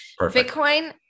Bitcoin